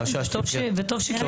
וטוב שכך.